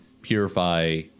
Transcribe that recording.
purify